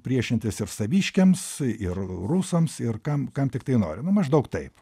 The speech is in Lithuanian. priešintis ir saviškiams ir rusams ir kam kam tiktai nori nu maždaug taip